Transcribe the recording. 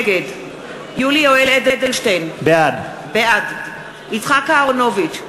נגד יולי יואל אדלשטיין, בעד יצחק אהרונוביץ,